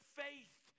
faith